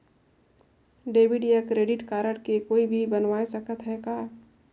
Debit या credit card के कोई भी बनवाय सकत है का?